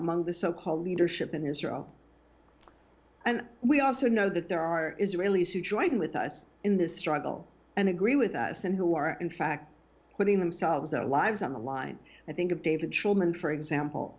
among the so called leadership in israel and we also know that there are israelis who join with us in this struggle and agree with us and who are in fact putting themselves our lives on the line i think of david children for example